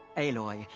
aloy.